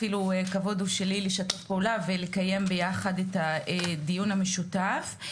הכבוד הוא שלי לשתף פעולה ולקיים ביחד את הדיון המשותף.